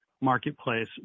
marketplace